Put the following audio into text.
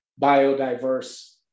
biodiverse